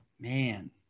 Man